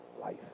life